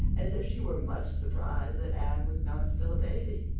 as if she were much surprised that anne was not still a baby.